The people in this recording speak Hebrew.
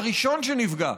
הראשון שנפגע,